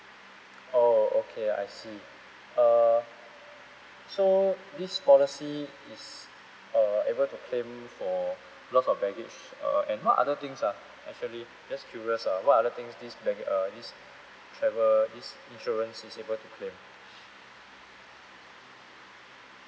oh okay I see err so this policy is err able to claim for loss of baggage uh and what other things ah actually just curious ah what other things this baggage uh this travel this insurance is able to claim